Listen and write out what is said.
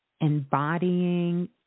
embodying